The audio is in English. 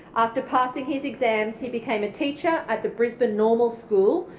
after passing his exams, he became a teacher at the brisbane normal school,